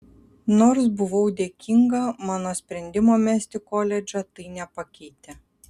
nors buvau dėkinga mano sprendimo mesti koledžą tai nepakeitė